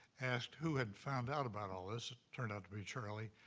asked who had found out about all this. it turned out to be charlie.